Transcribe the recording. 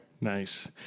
Nice